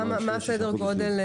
מה סדר הגודל?